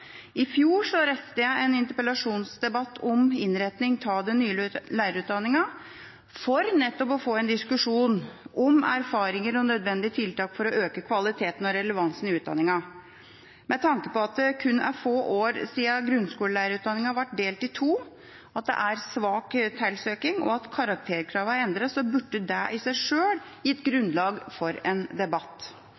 I fjor reiste jeg en interpellasjon om innretning av den nye lærerutdanningen, for nettopp å få en diskusjon om erfaringer og nødvendige tiltak for å øke kvaliteten og relevansen i utdanningen. At det kun er få år siden grunnskolelærerutdanningen ble delt i to, at det er et lavt antall søkere, og at karakterkravene er endret, burde i seg selv gitt